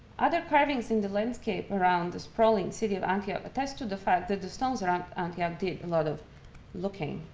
other carvings in the landscape around the sprawling city of antioch attest to the fact that the stones around antioch did a lot of looking.